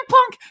Punk